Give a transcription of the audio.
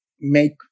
make